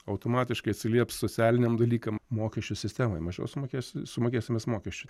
automatiškai atsilieps socialiniam dalykam mokesčių sistemai mažiau sumokės sumokėsim mes mokesčių